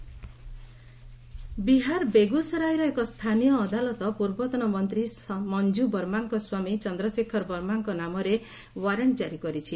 Bihar warrant Bihar ବେଗୁସରାଇର ଏକ ସ୍ଥାନୀୟ ଅଦାଲତ ପୂର୍ବତନ ମନ୍ତ୍ରୀ ମଞ୍ଜୁବର୍ମାଙ୍କ ସ୍ୱାମୀ ଚନ୍ଦ୍ରଶେଖର ବର୍ମାଙ୍କ ନାମରେ ୱାରେଣ୍ଟ କାରି କରିଛି